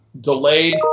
delayed